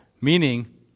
Meaning